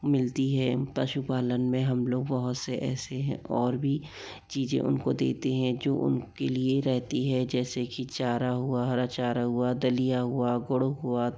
मिलती है पशुपालन में हम लोग बहुत से ऐसे है और भी चीज़ें उनको देते हैं जो उनके लिए रहती है जैसे कि चारा हुआ हरा चारा हुआ दलिया हुआ गुड़ हुआ